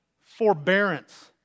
forbearance